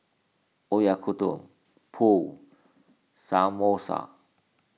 Oyakodon Pho Samosa